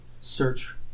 search